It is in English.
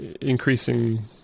increasing